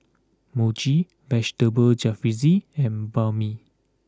Mochi Vegetable Jalfrezi and Banh Mi